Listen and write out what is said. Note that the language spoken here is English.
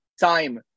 time